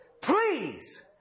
Please